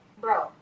bro